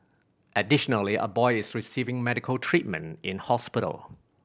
additionally a boy is receiving medical treatment in hospital